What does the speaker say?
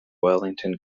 wellington